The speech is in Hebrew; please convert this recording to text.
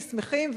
ושמחים,